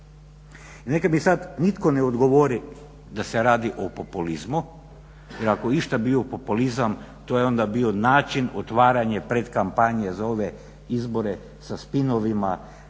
Neka mi sada nitko ne odgovori da se radi o populizmu, jer ako je išta bio populizam to je onda bio način, otvaranje predkampanje za ove izbore sa spinovima,